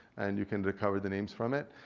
and you can recover the names from it.